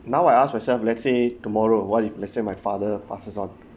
now I ask myself let's say tomorrow what if let's say my father passes on